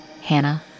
Hannah